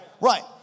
Right